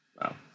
Wow